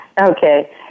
Okay